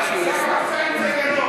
מה זה קשור לגנון?